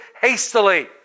hastily